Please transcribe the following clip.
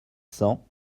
cents